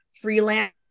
freelance